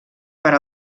per